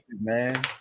man